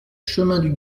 chemin